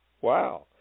Wow